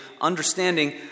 understanding